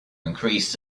increased